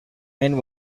and